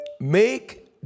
make